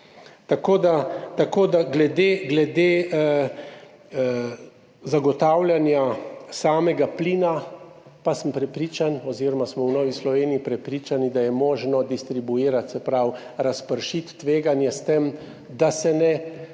ljudi. Glede zagotavljanja samega plina pa sem prepričan oziroma smo v Novi Sloveniji prepričani, da je možno distribuirati, se pravi razpršiti tveganje s tem, da se ne